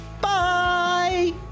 Bye